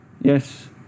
Yes